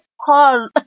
call